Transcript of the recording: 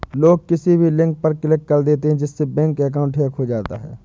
लोग किसी भी लिंक पर क्लिक कर देते है जिससे बैंक अकाउंट हैक होता है